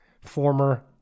former